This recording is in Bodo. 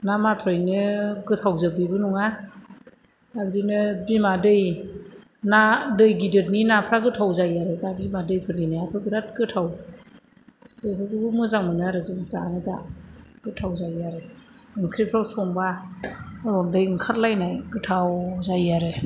ना माथ्र'यैनो गोथावजोब बेबो नङा बिदिनो बिमा दै ना दै गिदिरनि नाफ्रा गोथाव जायो आरो दा बिमा दैनि नायासो बिराद गोथाव बेफोरखौबो मोजां मोनो आरो जों जानो दा गोथाव जायो आरो ओंख्रिफ्राव संबा रन्दै ओंखार लाइनाय गोथाव जायो आरो